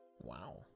wow